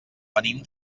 venim